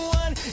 one